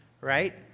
right